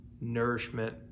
nourishment